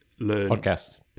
podcasts